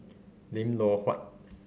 Lim Loh Huat